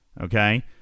Okay